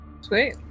Sweet